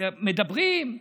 מדברים.